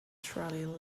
trolley